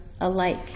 alike